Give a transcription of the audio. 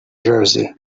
jersey